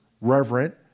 reverent